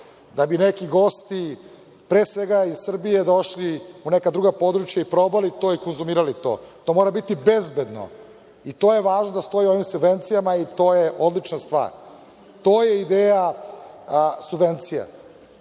da bi neki gosti, pre svega iz Srbije došli u neka druga područja i konzumirali to. To mora biti bezbedno. To je važno da stoji u ovim subvencijama i to je odlična stvar. To je ideja subvencija.